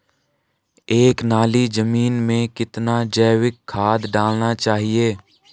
एक नाली जमीन में कितना जैविक खाद डालना चाहिए?